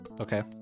Okay